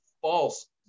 false